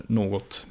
något